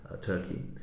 Turkey